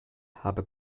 habe